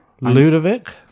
Ludovic